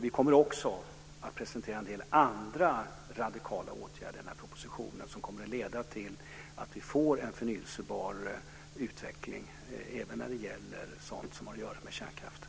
Vi kommer också att presentera en del andra radikala åtgärder i propositionen, som kommer att leda till att utvecklingen går mot det förnybara även när det gäller sådant som har att göra med kärnkraften.